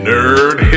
Nerd